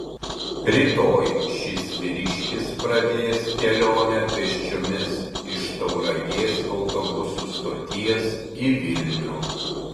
rytoj šis vyriškis pradės kelionę pėsčiomis iš tauragės autobusų stoties į vilnių